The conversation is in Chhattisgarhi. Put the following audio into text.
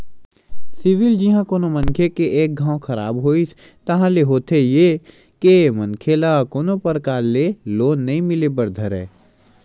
सिविल जिहाँ कोनो मनखे के एक घांव खराब होइस ताहले होथे ये के मनखे ल कोनो परकार ले लोन नइ मिले बर धरय